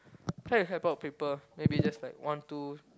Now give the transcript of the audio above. try to help out people maybe just like one two